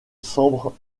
sambre